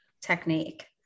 technique